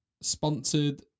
sponsored